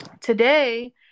today